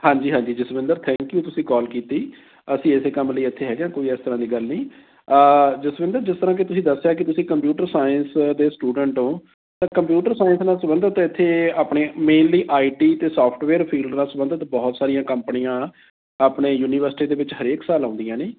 ਹਾਂਜੀ ਹਾਂਜੀ Jasvinder thank you ਤੁਸੀਂ ਕੋਲ ਕੀਤੀ ਅਸੀਂ ਇਸੇ ਕੰਮ ਲਈ ਇੱਥੇ ਹੈਗੇ ਕੋਈ ਇਸ ਤਰ੍ਹਾਂ ਦੀ ਗੱਲ ਨਹੀਂ ਜਸਵਿੰਦਰ ਜਿਸ ਤਰ੍ਹਾਂ ਕਿ ਤੁਸੀਂ ਦੱਸਿਆ ਕਿ ਤੁਸੀਂ ਕੰਪਿਊਟਰ ਸਾਇੰਸ ਦੇ ਸਟੂਡੈਂਟ ਹੋ ਤਾਂ ਕੰਪਿਊਟਰ ਸਾਇੰਸ ਨਾਲ਼ ਸੰਬੰਧਿਤ ਇੱਥੇ ਆਪਣੇ ਮੇਨਲੀ ਆਈ ਟੀ ਅਤੇ ਸੋਫਟਵੇਅਰ ਫੀਲਡ ਨਾਲ਼ ਸੰਬੰਧਿਤ ਬਹੁਤ ਸਾਰੀਆਂ ਕੰਪਨੀਆਂ ਆਪਣੇ ਯੂਨੀਵਰਸਿਟੀ ਦੇ ਵਿੱਚ ਹਰੇਕ ਸਾਲ ਆਉਂਦੀਆਂ ਨੇ